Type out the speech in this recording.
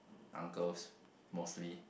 uncles mostly